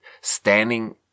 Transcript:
standing